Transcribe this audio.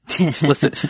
Listen